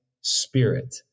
spirit